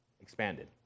Expanded